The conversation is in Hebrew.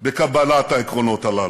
בקבלת העקרונות הללו,